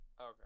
Okay